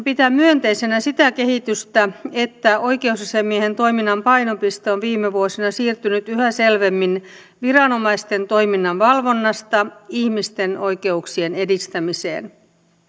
pitää myönteisenä sitä kehitystä että oikeusasiamiehen toiminnan painopiste on viime vuosina siirtynyt yhä selvemmin viranomaisten toiminnan valvonnasta ihmisten oikeuksien edistämiseen